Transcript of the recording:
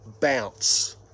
bounce